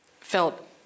felt